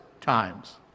times